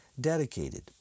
dedicated